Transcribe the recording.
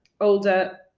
older